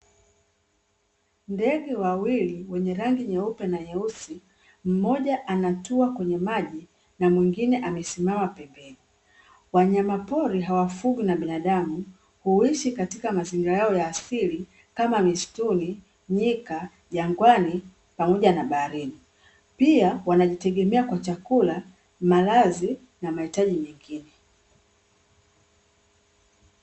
Ndege wawili wenye rangi nyeupe na nyeusi mmoja anatua kwenye maji na mwingine amesimama pembeni, Wanyamapori hawafugwi na binadamu huishi katika mazingira yao ya asili kama misituni, nyika, jangwani pamoja na baharini, Pia wanajitegemea kwa chakula, malazi na mahitaji mengine.